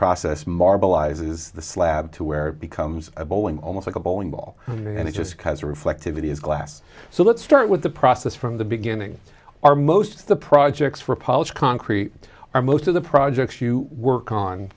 process marble ises the slab to where it becomes a bowling almost like a bowling ball and it just has a reflective it is glass so let's start with the process from the beginning are most of the projects for polished concrete are most of the projects you work on